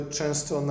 często